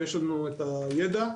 יש לנו את הידע.